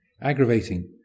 aggravating